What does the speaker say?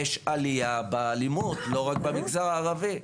יש עלייה באלימות, לא רק במגזר הערבי.